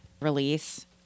release